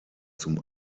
zum